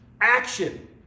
Action